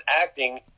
acting